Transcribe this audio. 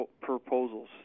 proposals